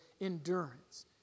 endurance